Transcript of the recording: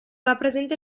rappresenta